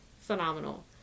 phenomenal